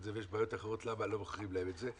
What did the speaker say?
זה ויש בעיות אחרות למה לא מוכרים להם את זה,